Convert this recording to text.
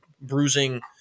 bruising